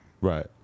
Right